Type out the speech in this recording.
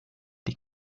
die